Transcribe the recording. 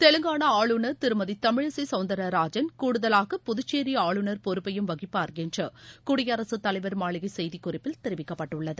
தெலங்காளா ஆளுநர் திருமதி தமிழிசை சௌந்தரராஜன் கூடுதலாக புதுச்சேரி ஆளுநர் பொறுப்பையும் வகிப்பார் என்று குயடிரசு தலைவர் மாளிகை செய்திக் குறிப்பில் தெரிவிக்கப்பட்டுள்ளது